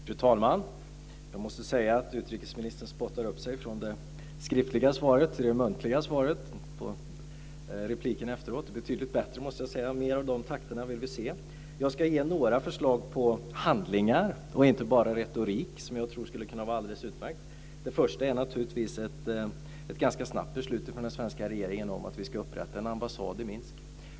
Fru talman! Jag måste säga att utrikesministern spottade upp sig mellan det skriftliga svaret och det muntliga svaret. Repliken efteråt var betydligt bättre. Mer av de takterna vill vi se. Jag ska ge några förslag på handlingar - det blir inte bara retorik - som jag tror skulle kunna vara alldeles utmärkta. Det första gäller ett ganska snabbt beslut från den svenska regeringen om att vi ska upprätta en ambassad i Minsk.